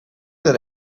that